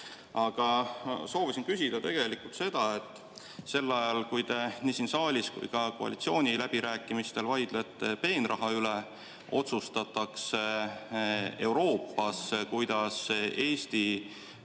soovisin küsida seda, et sel ajal, kui te nii siin saalis kui ka koalitsiooniläbirääkimistel vaidlete peenraha üle, otsustatakse Euroopas, kuidas Eestimaa